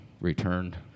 returned